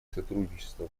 сотрудничество